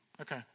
Okay